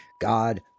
god